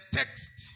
text